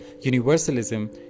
Universalism